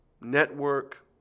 network